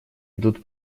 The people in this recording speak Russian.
идут